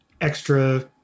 extra